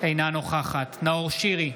אינה נוכחת נאור שירי,